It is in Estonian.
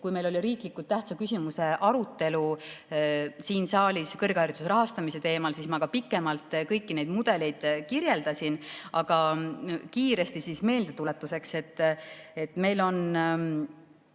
Kui meil oli riiklikult tähtsa küsimuse arutelu siin saalis kõrghariduse rahastamise teemal, siis ma pikemalt kõiki neid mudeleid kirjeldasin. Aga kiiresti meeldetuletuseks, et meil on